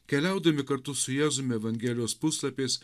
keliaudami kartu su jėzumi evangelijos puslapiais